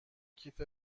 کیف